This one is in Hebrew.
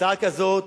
הצעה כזאת,